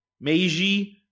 Meiji